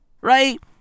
right